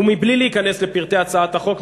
ובלי להיכנס לפרטי הצעת החוק,